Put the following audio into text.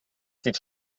sieht